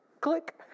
click